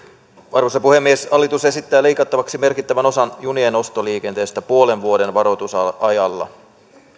arvoisa puhemies hallitus esittää leikattavaksi merkittävän osan junien ostoliikenteestä puolen vuoden varoitusajalla